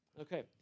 Okay